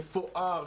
מפואר,